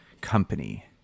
Company